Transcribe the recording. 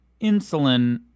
insulin